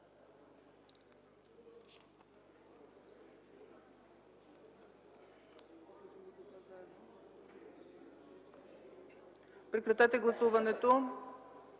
прекратете гласуването.